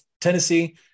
Tennessee